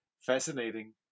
fascinating